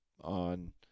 on